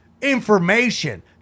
information